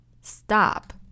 stop